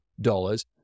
dollars